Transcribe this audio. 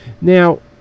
Now